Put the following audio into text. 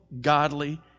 godly